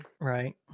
Right